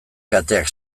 kateak